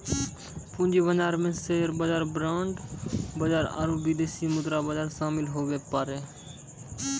पूंजी बाजार मे शेयर बाजार बांड बाजार आरू विदेशी मुद्रा बाजार शामिल हुवै पारै